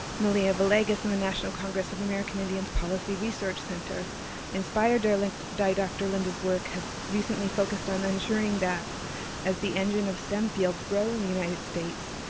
malia villegas and the national congress of american indians policy research center inspired ah by dr. linda's work has recently focused on ensuring that as the engine of stem fields grow in the united states,